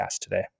today